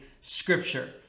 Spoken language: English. scripture